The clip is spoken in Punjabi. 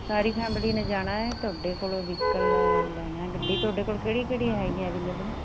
ਸਾਰੀ ਫੈਮਿਲੀ ਨੇ ਜਾਣਾ ਹੈ ਤੁਹਾਡੇ ਕੋਲੋਂ ਵਹੀਕਲ ਲੈਣਾ ਗੱਡੀ ਤੁਹਾਡੇ ਕੋਲ ਕਿਹੜੀ ਕਿਹੜੀ ਹੈਗੀ ਅਵੇਲੇਬਲ